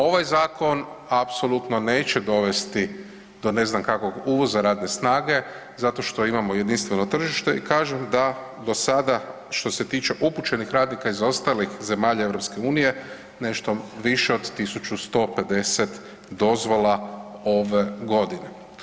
Ovaj zakon apsolutno neće dovesti do ne znam kakvog uvoza radne snage zato što imamo jedinstveno tržište i kažem da do sada što se tiče upućenih radnika iz ostalih zemalja EU nešto više od 1150 dozvola ove godine.